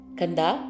Kanda